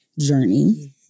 journey